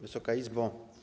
Wysoka Izbo!